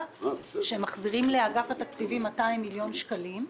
שמחזירים לאגף התקציבים 200 מיליון שקלים,